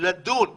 לדון בנושא.